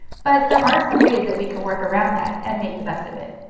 but there are some ways that we can work around that and make the best of it.